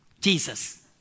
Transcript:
Jesus